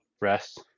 rest